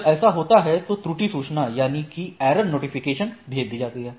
जब ऐसा होता है तो त्रुटि सूचना भेज दी जाती है